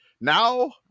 Now